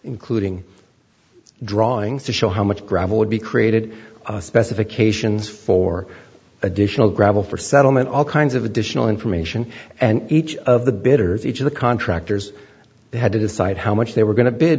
including drawings to show how much gravel would be created specifications for additional gravel for settlement all kinds of additional information and each of the bidders each of the contractors had to decide how much they were going to b